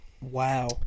Wow